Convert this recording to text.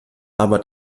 aber